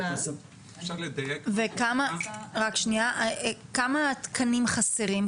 וכמה תקנים חסרים?